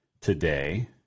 today